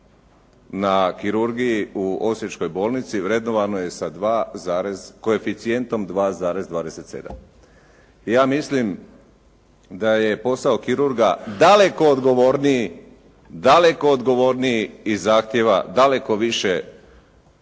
na kirurgiji u Osječkoj bolnici vrednovano je sa koeficijentom 2,27. i ja mislim da je posao kirurga daleko odgovorniji i zahtjeva daleko više